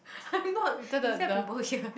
I'm not inside people here